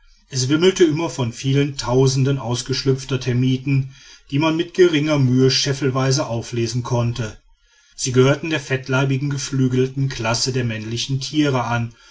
es wimmelte immer von vielen tausenden ausgeschlüpfter termiten die man mit geringer mühe scheffelweise auflesen konnte sie gehörten der fettleibigen geflügelten klasse der männlichen tiere an